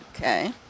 Okay